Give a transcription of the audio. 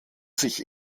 sich